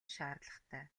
шаардлагатай